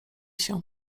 się